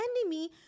enemy